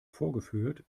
vorgeführt